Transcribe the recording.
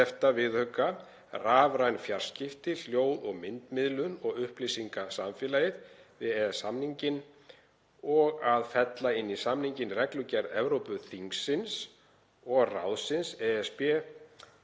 á XI. viðauka (rafræn fjarskipti, hljóð- og myndmiðlun og upplýsingasamfélagið) við EES-samninginn og að fella inn í samninginn reglugerð Evrópuþingsins og ráðsins (ESB)